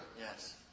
Yes